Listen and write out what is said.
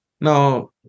Now